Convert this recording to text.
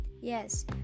Yes